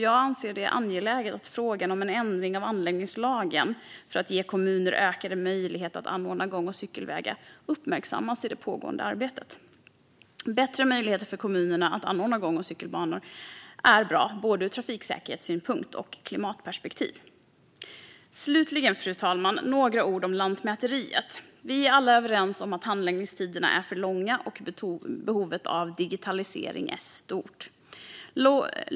Jag anser att det är angeläget att frågan om en ändring av anläggningslagen för att ge kommuner ökade möjligheter att anordna gång och cykelvägar uppmärksammas i det pågående arbetet. Bättre möjligheter för kommunerna att anordna gång och cykelbanor är bra, både ur trafiksäkerhetssynpunkt och ur ett klimatperspektiv. Slutligen, fru talman, vill jag säga några ord om Lantmäteriet. Vi är alla överens om att handläggningstiderna är för långa och att behovet av digitalisering är stort.